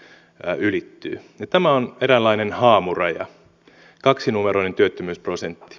ja tämä on eräänlainen haamuraja kaksinumeroinen työttömyysprosentti